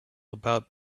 about